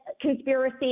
conspiracy